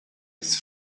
his